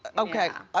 okay. yeah.